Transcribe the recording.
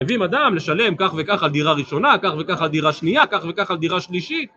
מביאים אדם לשלם כך וכך על דירה ראשונה, כך וכך על דירה שנייה, כך וכך על דירה שלישית